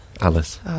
Alice